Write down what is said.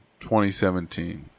2017